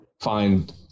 find